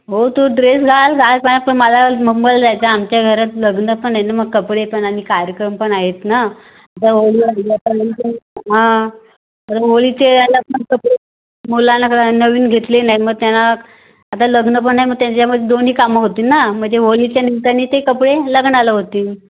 हो तू ड्रेस घाल जायचं आहे पण मला मुंबईला जायचं आहे आमच्या घरात लग्न पण आहे ना मग कपडे पण आणि कार्यक्रम पण आहेत ना हां तर होळीचे पण कपडे मुलांना नवीन घेतले नाही मग त्यांना आता लग्न पण आहे मग त्याच्यामध्ये दोन्ही काम होतील ना म्हणजे होळीच्या निमित्ताने ते कपडे लग्नाला होतील